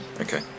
Okay